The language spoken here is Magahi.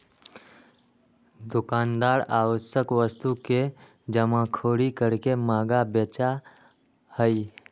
दुकानदार आवश्यक वस्तु के जमाखोरी करके महंगा बेचा हई